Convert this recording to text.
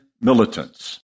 militants